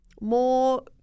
more